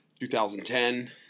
2010